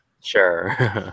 Sure